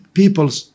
peoples